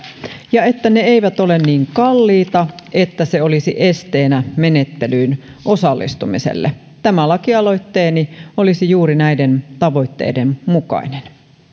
ja että ne eivät ole niin kalliita että se olisi esteenä menettelyyn osallistumiselle tämä lakialoitteeni olisi juuri näiden tavoitteiden mukainen